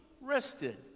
rested